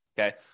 okay